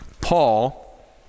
Paul